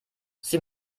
sie